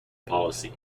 policy